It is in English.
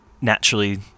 Naturally